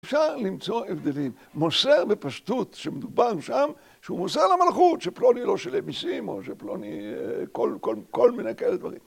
אפשר למצוא הבדלים. מוסר בפשטות שמדובר שם, שהוא מוסר למלכות, שפלוני לא שילם מיסים או שפלוני כל מיני כאלה דברים.